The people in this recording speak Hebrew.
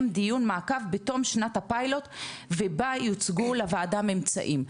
דיון מעקב בתום שנת הפיילוט ובה יוצגו לוועדה ממצאים,